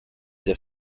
sehr